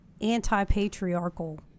anti-patriarchal